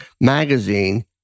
magazine